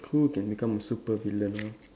who can become a super villain ah